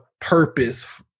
purpose